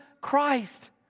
Christ